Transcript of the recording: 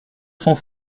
cent